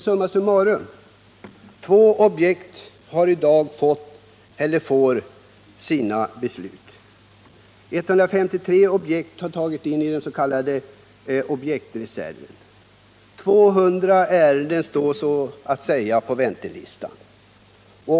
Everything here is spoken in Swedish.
Summa summarum: 2 objekt skall enligt beslut upprustas, 153 objekt har tagits in i den s.k. beredskapsreserven och 200 ärenden står så att säga på väntelistan.